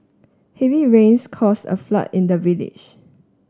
heavy rains caused a flood in the village